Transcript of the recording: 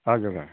हजुर